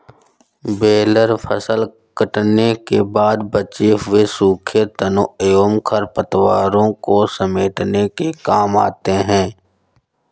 baler फसल कटने के बाद बचे हुए सूखे तनों एवं खरपतवारों को समेटने के काम आते हैं